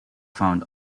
found